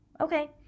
Okay